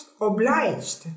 obliged